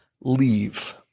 leave